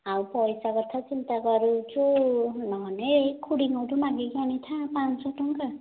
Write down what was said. ଆଉ ପଇସା କଥା ଚିନ୍ତା କରୁଛୁ ନହେଲେ ଏଇ ଖୁଡ଼ିଙ୍କଠୁ ମାଗିକି ଆଣିଥା ପାଞ୍ଚଶହ ଟଙ୍କା